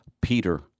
Peter